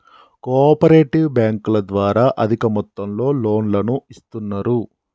co operative బ్యాంకుల ద్వారా అధిక మొత్తంలో లోన్లను ఇస్తున్నరు